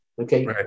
Okay